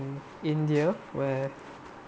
india where